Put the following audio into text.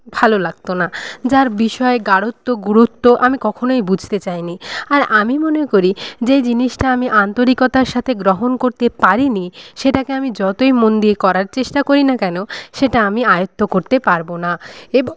ভালো লাগত না যার বিষয়ে গাঢ়ত্ব গুরুত্ব আমি কখনোই বুঝতে চাইনি আর আমি মনে করি যে জিনিসটা আমি আন্তরিকতার সাথে গ্রহণ করতে পারিনি সেটাকে আমি যতই মন দিয়ে করার চেষ্টা করি না কেন সেটা আমি আয়ত্ত করতে পারব না এবং